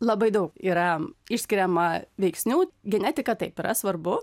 labai daug yra išskiriama veiksnių genetika taip yra svarbu